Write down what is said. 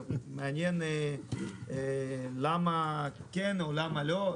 ומעניין למה כן או למה לא.